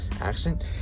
accent